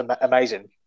amazing